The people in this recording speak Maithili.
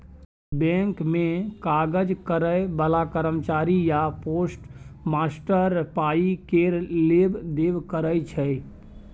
बैंक मे काज करय बला कर्मचारी या पोस्टमास्टर पाइ केर लेब देब करय छै